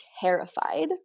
terrified